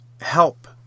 help